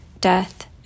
death